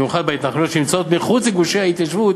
במיוחד בהתנחלויות שנמצאות מחוץ לגושי ההתיישבות